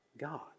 God